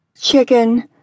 Chicken